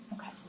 Okay